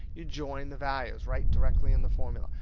you join the values right directly in the formula,